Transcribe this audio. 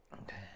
Okay